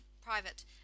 private